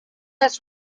its